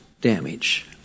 damage